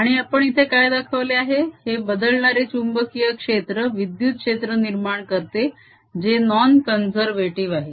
आणि आपण इथे काय दाखवले आहे हे बदलणारे चुंबकीय क्षेत्र विद्युत क्षेत्र निर्माण करते जे नॉन कॉन्झेर्वेटीव आहे